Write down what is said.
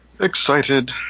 Excited